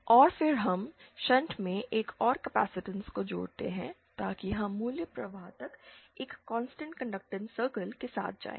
और फिर हम शंट में एक और कैपेसिटेंस को जोड़ते हैं ताकि हम मूल प्रवाह तक एक कांस्टेंट कंडक्टेंस सर्कल के साथ जाएं